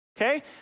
Okay